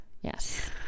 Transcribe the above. yes